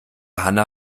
hanna